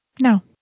No